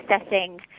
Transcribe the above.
assessing